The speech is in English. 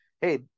Hey